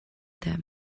that